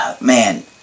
Man